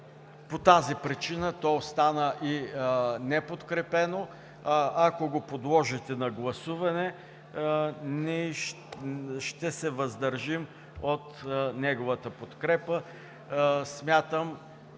По тази причина то остана и неподкрепено. Ако го подложите на гласуване, ние ще се въздържим от неговата подкрепа. Смятам,